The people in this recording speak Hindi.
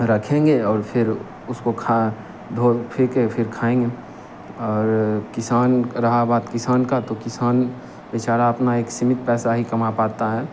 रखेंगे और फिर उसको खा धो फिर के खाएँगे और किसान रही बात किसान की तो किसान बेचारा अपना एक सीमित पैसा ही कमा पता है